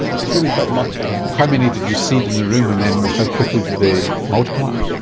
it was really quite remarkable. how many did you seed in the room and then how quickly did they multiply?